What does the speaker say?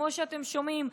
כמו שאתם שומעים,